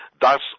Thus